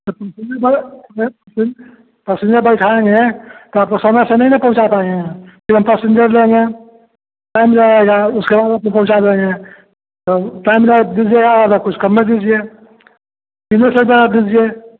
तो फिर ठीक है पैसेंजर बैठाएँगे तो आपको समय से नहीं ना पहुँचा पाएँगे फिर हम पैसेंजर लेंगे टाइम लगेगा उसको हम लोग पोहुँचा देंगे तो टाइम लगेगा दीजिएगा आधा कुछ कम में दीजिए दीजिए